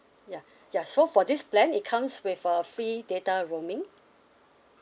ya ya so for this plan it comes with a free data roaming